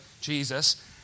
Jesus